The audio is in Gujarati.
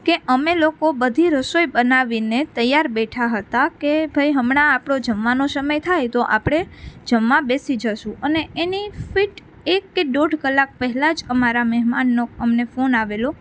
કે અમે લોકો બધી રસોઈ બનાવીને તૈયાર બેઠાં હતાં કે ભાઈ હમણાં આપણો જમવાનો સમય થાય તો આપણે જમવા બેસી જશું અને એની ફિટ એક કે દોઢ કલાક પહેલાં જ અમારાં મહેમાનનો અમને ફોન આવેલો